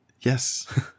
Yes